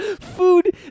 food